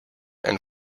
and